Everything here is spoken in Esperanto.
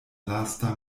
lasta